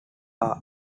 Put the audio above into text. are